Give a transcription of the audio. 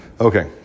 Okay